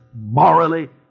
morally